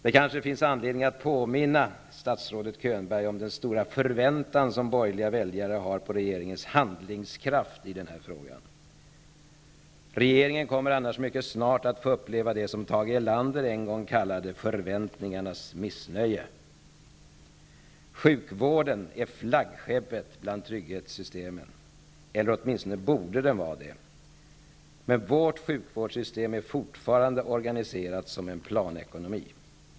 Det kanske finns anledning att påminna statsrådet Könberg om den stora förväntan som borgerliga väljare har på regeringens handlingskraft i den här frågan. Regeringen kommer annars mycket snart att få uppleva det som Tage Erlander en gång kallade ''förväntningarnas missnöje''. Sjukvården är flaggskeppet bland trygghetssystemen, eller borde åtminstone vara det. Vårt sjukvårdssystem är emellertid fortfarande upplagt som en planekonomi.